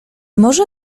może